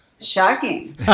Shocking